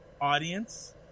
audience